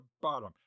bottom